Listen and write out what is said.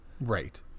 Right